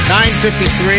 9:53